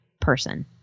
person